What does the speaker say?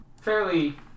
fairly